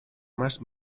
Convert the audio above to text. más